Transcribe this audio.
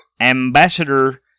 Ambassador